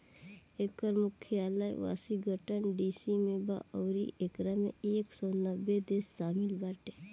एकर मुख्यालय Washington DC में बा अउरी एकरा में एक सौ नब्बे देश शामिल बाटे